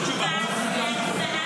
אי-אפשר.